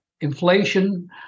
inflation